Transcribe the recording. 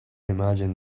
imagine